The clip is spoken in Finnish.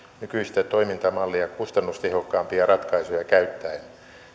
nykyistä toimintamallia kustannustehokkaampia ratkaisuja käyttäen